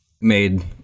Made